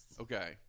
Okay